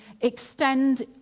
extend